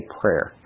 prayer